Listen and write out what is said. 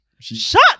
Shut